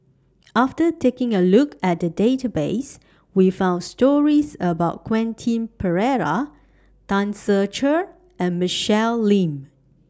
after taking A Look At The Database We found stories about Quentin Pereira Tan Ser Cher and Michelle Lim